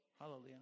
Hallelujah